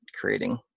creating